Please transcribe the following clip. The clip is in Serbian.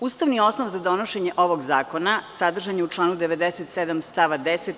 Ustavni osnov za donošenje ovog zakona sadržan je u članu 97. stav 10.